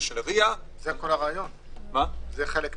זה חלק מהעניין.